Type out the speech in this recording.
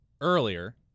earlier